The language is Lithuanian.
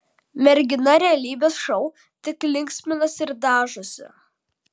mergina realybės šou tik linksminasi ir dažosi